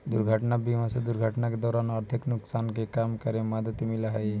दुर्घटना बीमा से दुर्घटना के दौरान आर्थिक नुकसान के कम करे में मदद मिलऽ हई